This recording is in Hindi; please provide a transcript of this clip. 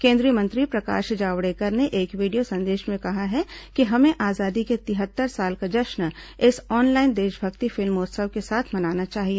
केंद्रीय मंत्री प्रकाश जावड़ेकर ने एक वीडियो संदेश में कहा है कि हमें आजादी के तिहत्तर साल का जश्न इस ऑनलाइन देशभक्ति फिल्मोत्सव के साथ मनाना चाहिए